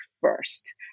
first